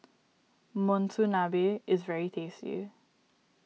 Monsunabe is very tasty